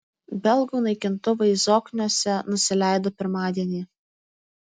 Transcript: belgų naikintuvai zokniuose nusileido pirmadienį